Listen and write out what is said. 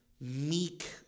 meek